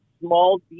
small